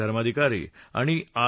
धर्माधिकारी आणि आर